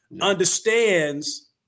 Understands